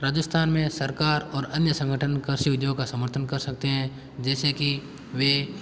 राजस्थान में सरकार और अन्य संगठन कृषि उद्योग का समर्थन कर सकते हैं जैसे कि वह